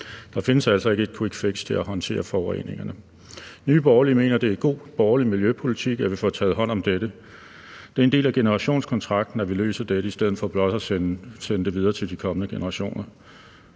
Der findes altså ikke et quickfix til at håndtere forureningerne. Nye Borgerlige mener, det er god borgerlig miljøpolitik, at vi får taget hånd om dette. Det er en del af generationskontrakten, at vi løser dette i stedet for blot at sende det videre til de kommende generationer.